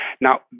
Now